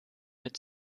mit